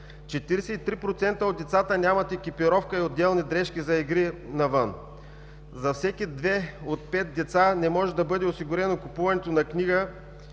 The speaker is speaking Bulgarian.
43% от децата нямат екипировка и отделни дрешки за игри навън. За всеки 2 от 5 деца не може да бъде осигурено купуването на книги,